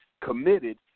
committed